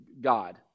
God